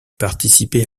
participé